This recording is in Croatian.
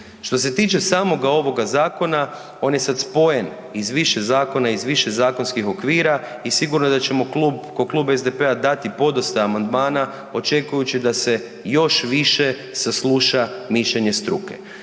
Što se tiče samoga ovoga zakona, on je sad spojen iz više zakona, iz više zakonskih okvira i sigurno je da ćemo klub, ko Klub SDP-a dati podosta amandmana očekujući da se još više sasluša mišljenje struke.